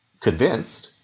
convinced